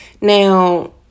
Now